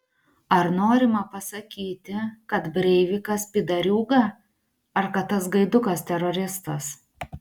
ar norima pasakyti kad breivikas pydariūga ar kad tas gaidukas teroristas